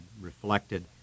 reflected